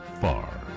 far